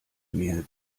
mehr